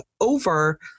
over